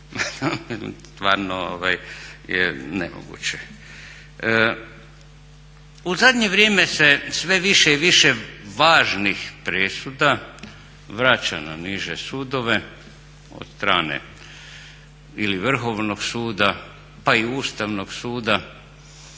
U zadnje vrijeme se sve više i više važnih presuda vraća na niže sudove od strane ili Vrhovnog suda, pa i Ustavnog suda,